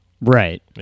right